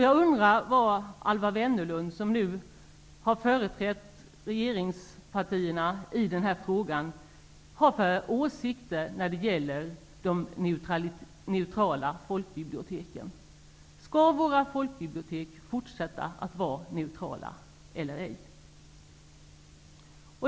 Jag undrar vad Alwa Wennerlund, som har företrätt regeringspartierna i den här frågan, har för åsikt när det gäller de neutrala folkbiblioteken. Skall våra folkbibliotek fortsätta att vara neutrala eller ej?